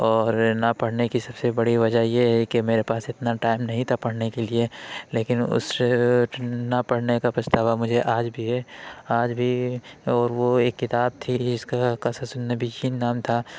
اور نہ پڑھنے کی سب سے بڑی وجہ یہ ہے کہ میرے پاس اتنا ٹائم نہیں تھا پڑھنے کے لیے لیکن اس نہ پڑھنے کا پچھتاوا مجھے آج بھی ہے آج بھی اور وہ ایک کتاب تھی جس کا قصص النبیین نام تھا